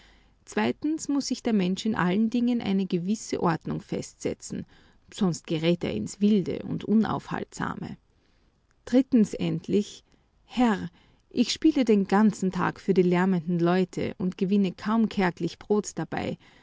zweitens muß sich der mensch in allen dingen eine gewisse ordnung festsetzen sonst gerät er ins wilde und unaufhaltsame drittens endlich herr ich spiele den ganzen tag für die lärmenden leute und gewinne kaum kärglich brot dabei